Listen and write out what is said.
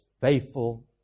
faithful